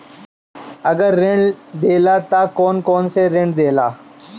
अगर ऋण देला त कौन कौन से ऋण देला?